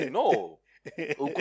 no